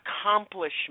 accomplishment